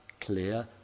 clear